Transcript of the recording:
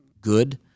good